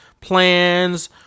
plans